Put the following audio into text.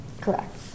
Correct